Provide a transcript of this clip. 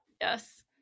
Yes